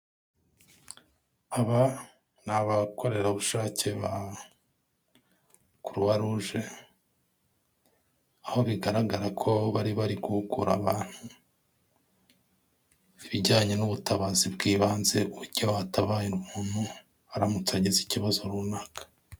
Aba ni abakorerabushake ba Croix rouge, aho bigaragara ko bari bari guhugura abantu, ibijyanye n'ubutabazi bw'ibanze, uburyo watabara umuntu aramutse agize ikibazo runaka.